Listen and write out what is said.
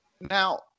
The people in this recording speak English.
Now